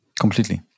Completely